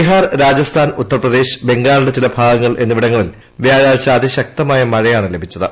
ബിഹാർ രാജസ്ഥാൻ ഉത്തർപ്രദേശ് ബംഗാളിന്റെ ചില ഭാഗങ്ങൾ എന്നിവിടങ്ങളിൽ വ്യാഴാഴ്ച അതിശക്തമായ മഴയാണ് ലഭിച്ചത്